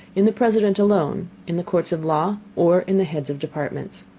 in the president alone, in the courts of law, or in the heads of departments.